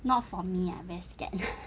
not for me ah I scared